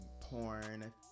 Porn